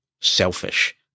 selfish